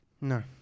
No